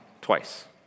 twice